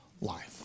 life